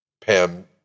pam